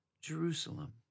Jerusalem